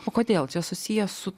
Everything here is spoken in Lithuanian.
o kodėl čia susiję su